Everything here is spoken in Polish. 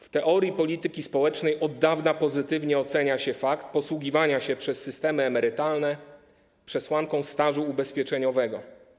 W teorii polityki społecznej od dawna pozytywnie ocenia się fakt posługiwania się przez systemy emerytalne przesłanką stażu ubezpieczeniowego.